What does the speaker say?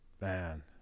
Man